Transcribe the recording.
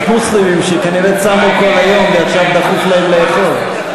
מוסלמים שכנראה צמו כל היום ועכשיו דחוף להם לאכול,